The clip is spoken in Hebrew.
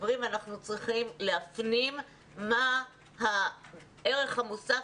חברים אנחנו צריכים להפנים מה הערך המוסף